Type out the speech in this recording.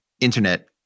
internet